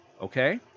Okay